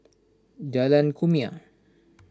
Jalan Kumia